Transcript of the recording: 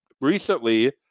recently